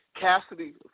Cassidy